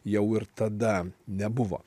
jau ir tada nebuvo